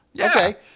Okay